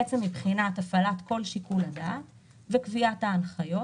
בעצם מבחינת הפעלת כל שיקול הדעת וקביעת ההנחיות